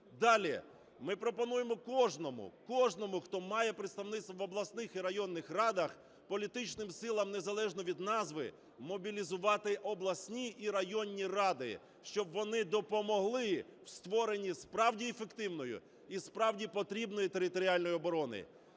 Далі. Ми пропонуємо кожному, кожному, хто має представництво в обласних і районних радах, політичним силам незалежно від назви мобілізувати обласні і районні ради. Щоб вони допомогли у створенні справді ефективної і справді потрібної територіальної оборони.